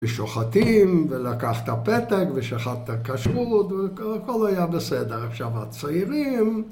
ושוחטים, ולקח את הפתק, ושחט את הכשרות, והכל היה בסדר. עכשיו הצעירים...